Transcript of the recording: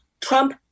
Trump